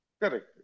Correct